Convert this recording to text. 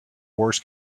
wars